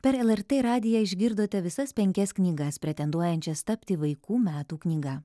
per lrt radiją išgirdote visas penkias knygas pretenduojančias tapti vaikų metų knyga